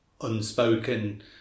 unspoken